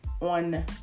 on